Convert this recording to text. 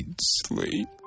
sleep